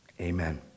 amen